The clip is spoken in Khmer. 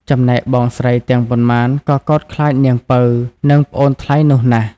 ចំណែកបងស្រីទាំងប៉ុន្មានក៏កោតខ្លាចនាងពៅ និងប្អូនថ្លៃនោះណាស់។